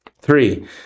Three